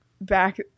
back –